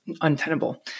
untenable